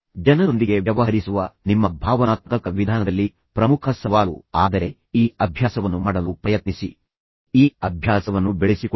ಜನರೊಂದಿಗೆ ವ್ಯವಹರಿಸುವ ನಿಮ್ಮ ಭಾವನಾತ್ಮಕ ವಿಧಾನದಲ್ಲಿ ಪ್ರಮುಖ ಸವಾಲು ಆದರೆ ಈ ಅಭ್ಯಾಸವನ್ನು ಮಾಡಲು ಪ್ರಯತ್ನಿಸಿ ಈ ಅಭ್ಯಾಸವನ್ನು ಬೆಳೆಸಿಕೊಳ್ಳಿ